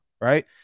right